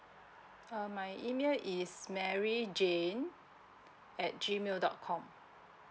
um my email is mary jane at G mail dot com